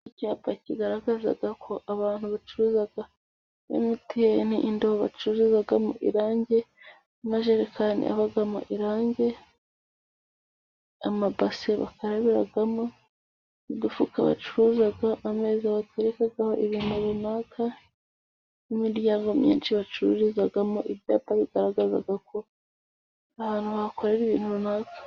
Icyapa kigaragaza ko abantu bacuruza emutiyeni, indobo bacururizamo irangi, amajerekani abamo irangi, amabase bakarabiramo, udufuka bacuruza, ameza baterekaho ibintu runaka, n'imiryango myinshi bacururizamo. Ibyapa bigaragaza ko ari ahantu bakorera ibintu runaka.